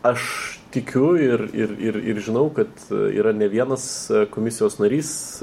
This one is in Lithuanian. aš tikiu ir ir ir ir žinau kad yra ne vienas komisijos narys